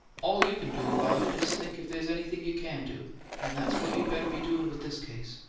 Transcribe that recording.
all you can do about it is think if there's anything you can do and that's what you better be doin' with this case.